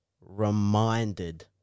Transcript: reminded